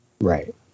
Right